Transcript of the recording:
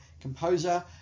composer